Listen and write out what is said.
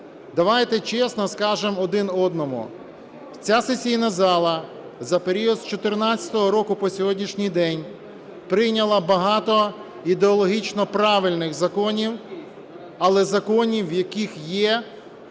Давайте чесно скажемо один одному: ця сесійна зала за період з 14-го року по сьогоднішній день прийняла багато ідеологічно правильних законів, але законів, в яких є